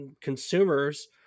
consumers